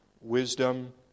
wisdom